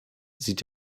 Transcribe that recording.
sieht